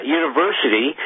university